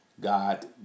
God